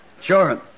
Sure